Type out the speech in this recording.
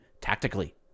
tactically